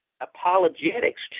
apologetics